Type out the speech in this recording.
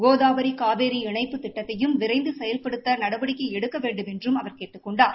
கோதாவரி காவேரி இணைப்புத் திட்டத்தையும் விரைந்து செயல்படுத்த நடவடிக்கை எடுக்க வேண்டுமென்றும் அவர் கேட்டுக் கொண்டார்